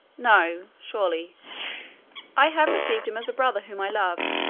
no, surely i have received him as a brother whom i love,